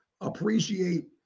appreciate